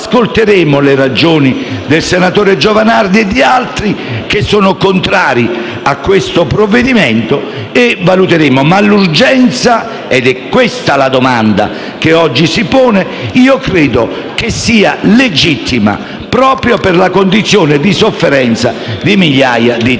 Giovanardi e di altri, che sono contrari a questo provvedimento, e valuteremo. Ma l'urgenza - ed è questa la domanda che oggi si pone - credo sia legittima, proprio per la condizione di sofferenza di migliaia di italiani. Invito quindi tutti i